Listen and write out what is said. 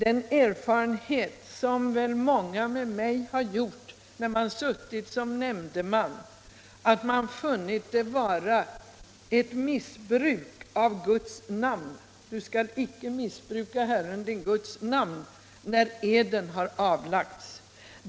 En erfarenhet som väl många med mig gjort när man suttit som nämndeman är, att man funnit det vara ett missbruk av Guds namn -— ett brott mot budet Du skall icke missbruka Herrens, din Guds, namn —- när eden har avlagts.